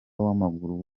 w’amaguru